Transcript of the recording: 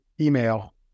email